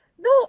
No